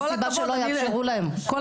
אין סיבה שלא יאפשרו להם.